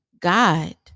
God